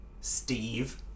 Steve